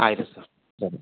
ಆಯಿತು ಸರ್